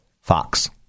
Fox